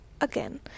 again